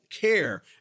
care